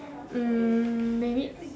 um maybe